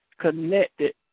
connected